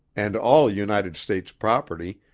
and all united states property,